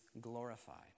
glorified